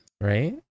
Right